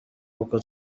kuko